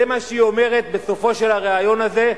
זה מה שהיא אומרת בסופו של הריאיון הזה.